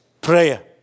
prayer